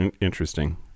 Interesting